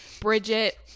Bridget